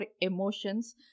emotions